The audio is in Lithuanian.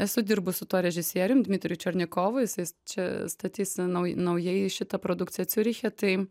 esu dirbus su tuo režisierium dmitriju černikovu jisai s čia statys nauj naujai šitą produkciją ciuriche tai